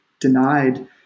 denied